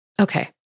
Okay